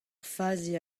fazi